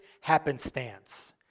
happenstance